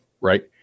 right